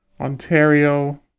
Ontario